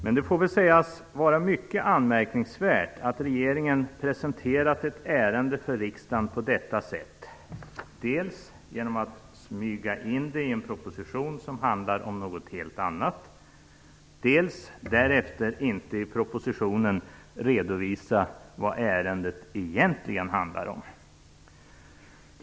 Men det får väl ändå sägas vara mycket anmärkningsvärt att regeringen presenterat ett ärende för riksdagen på detta sätt, genom att dels smyga in det i en proposition som handlar om något helt annat, dels därefter inte i propositionstexten redovisa vad ärendet egentligen handlar om.